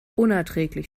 unerträglich